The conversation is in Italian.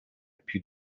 più